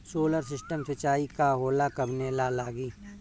Solar system सिचाई का होला कवने ला लागी?